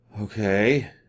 Okay